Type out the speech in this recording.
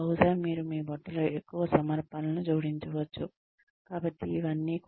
బహుశా మీరు మీ బుట్టలో ఎక్కువ సమర్పణలను జోడించవచ్చు కాబట్టి ఇవన్నీ